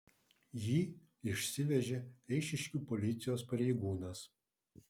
jį išsivežė eišiškių policijos pareigūnas